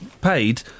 paid